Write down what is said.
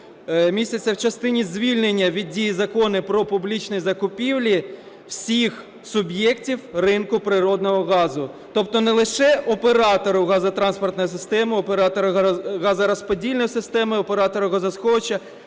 містяться в частині звільнення від дії Закону "Про публічні закупівлі" всіх суб'єктів ринку природного газу. Тобто не лише оператор газотранспортної системи, оператор газорозподільної системи, оператор газосховища,